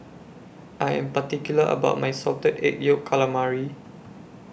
I Am particular about My Salted Egg Yolk Calamari